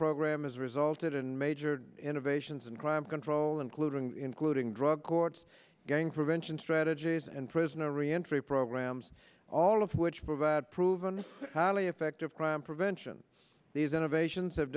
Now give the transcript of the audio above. program has resulted in major innovations in crime control including including drug courts gang prevention strategies and prisoner reentry programs all of which provide proven highly effective crime prevention these innovations have